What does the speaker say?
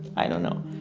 i don't know